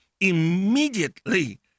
immediately